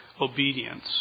obedience